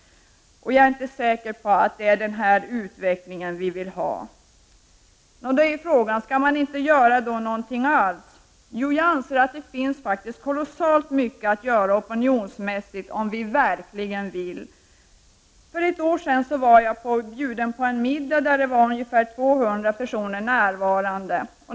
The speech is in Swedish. Jag är inte säker på att det är den utvecklingen vi vill ha. Nå, skall man då inte göra någonting alls? Jo, jag anser att det finns kolossalt mycket att göra opinionsmässigt, om vi verkligen vill. För ett år sedan var jag inbjuden till en middag där det var 200 personer närvarande.